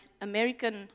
American